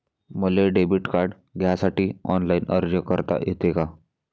मले debit card घ्यासाठी online अर्ज करता येते का?